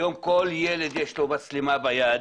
היום כל ילד יש לו מצלמה ביד,